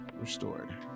restored